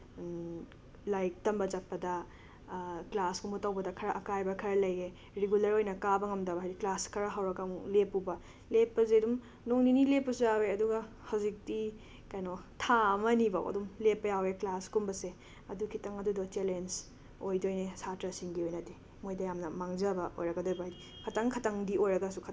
ꯂꯥꯏꯔꯤꯛ ꯇꯝꯕ ꯆꯠꯄꯗ ꯀ꯭ꯂꯥꯁꯀꯨꯝꯕ ꯇꯧꯕꯗ ꯈꯔ ꯑꯀꯥꯏꯕ ꯈꯔ ꯂꯩꯌꯦ ꯔꯤꯒꯨꯂꯔ ꯑꯣꯏꯅ ꯀꯥꯕ ꯉꯝꯗꯕ ꯍꯥꯏꯗꯤ ꯀ꯭ꯂꯥꯁ ꯈꯔ ꯍꯧꯔꯒ ꯑꯃꯨꯛ ꯂꯦꯞꯄꯨꯕ ꯂꯦꯞꯄꯁꯦ ꯑꯗꯨꯝ ꯅꯣꯡ ꯅꯤꯅꯤ ꯂꯦꯞꯄꯁꯨ ꯌꯥꯎꯋꯦ ꯑꯗꯨꯒ ꯍꯧꯖꯤꯛꯇꯤ ꯀꯩꯅꯣ ꯊꯥ ꯑꯃꯅꯤꯕꯥꯎ ꯑꯗꯨꯝ ꯂꯦꯞꯄ ꯌꯥꯎꯋꯦ ꯀ꯭ꯂꯥꯁꯀꯨꯝꯕꯁꯦ ꯑꯗꯨ ꯈꯤꯇꯪ ꯑꯗꯨꯗꯣ ꯆꯦꯂꯦꯟꯖ ꯑꯣꯏꯗꯣꯏꯅꯦ ꯁꯥꯇ꯭ꯔꯁꯤꯡꯒꯤ ꯑꯣꯏꯅꯗꯤ ꯃꯣꯏꯗ ꯌꯥꯝꯅ ꯃꯥꯡꯖꯕ ꯑꯣꯏꯔꯛꯀꯗꯣꯏꯕ ꯍꯥꯏꯗꯤ ꯈꯇꯪ ꯈꯇꯪꯗꯤ ꯑꯣꯏꯔꯒꯁꯨ